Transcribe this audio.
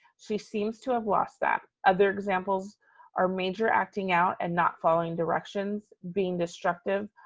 she seems to have lost that. other examples are major acting out and not following directions, being destructive,